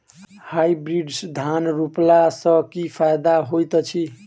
Hybrid धान रोपला सँ की फायदा होइत अछि?